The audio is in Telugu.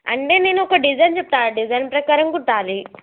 అంటే నేను ఒక డిజైన్ చెప్తాను ఆ డిజైన్ ప్రకారం కుట్టాలీ